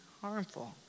harmful